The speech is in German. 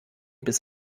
bis